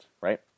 right